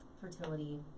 fertility